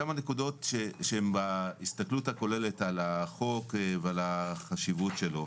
כמה נקודות שהן בהסתכלות הכוללת על החוק ועל החשיבות שלו.